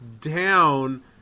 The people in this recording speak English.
down